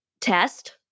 test